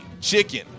chicken